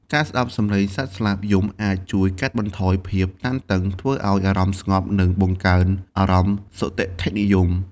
ការស្តាប់សំឡេងសត្វស្លាបយំអាចជួយកាត់បន្ថយភាពតានតឹង ធ្វើឱ្យអារម្មណ៍ស្ងប់ និងបង្កើនអារម្មណ៍សុទិដ្ឋិនិយម។